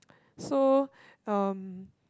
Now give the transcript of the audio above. so um